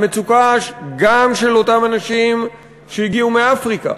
המצוקה גם של אותם אנשים שהגיעו מאפריקה,